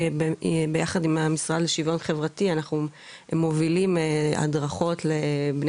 שבמשרד לשוויון חברתי הם מובילים הדרכות לבני